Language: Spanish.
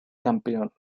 campeón